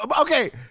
okay